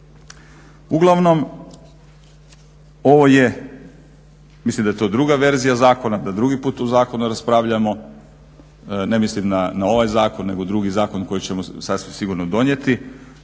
Uglavnom, ovo je mislim da je to druga verzija zakona, da drugi puta o zakonu raspravljamo, ne mislim na ovaj zakon nego na drugi zakon koji ćemo sasvim sigurno donijeti.